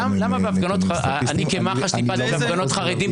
לצערי ראינו את זה גם פה בסמוך לכנסת שבלא מעט